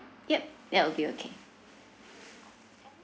yup that will be okay